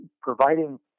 providing